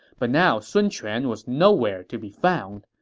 but now sun quan was nowhere to be found.